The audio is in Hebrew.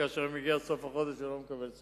כאשר מגיע סוף החודש והוא לא מקבל שכר.